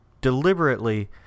deliberately